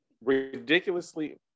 ridiculously